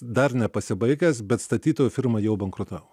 dar nepasibaigęs bet statytojo firma jau bankrutavo